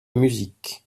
musique